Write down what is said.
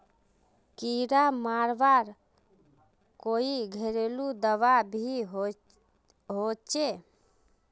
कीड़ा मरवार कोई घरेलू दाबा भी होचए?